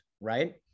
right